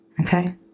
Okay